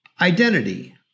Identity